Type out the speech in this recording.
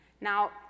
Now